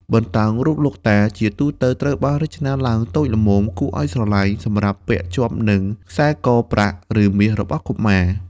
បន្តោងរូបលោកតា ជាទូទៅត្រូវបានរចនាឡើងតូចល្មម គួរឱ្យស្រឡាញ់ សម្រាប់ពាក់ជាប់នឹងខ្សែកប្រាក់ ឬមាសរបស់កុមារ។